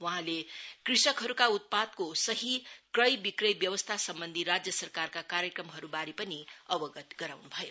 वहाँले कृषकहरूका उत्पादको सही क्रय विक्रय व्यवस्था सम्वन्धी राज्य सरकारका कार्यक्रहरूबारे पनि अवगत गराउन् भयो